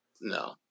no